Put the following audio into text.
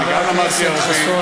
ב"ברליץ".